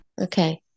Okay